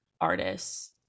artists